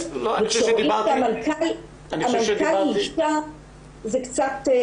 וכשרואים שהמנכ"ל היא אישה זה קצת צורם.